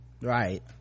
right